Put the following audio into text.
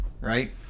right